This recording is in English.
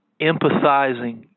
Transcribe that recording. Empathizing